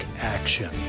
action